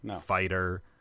fighter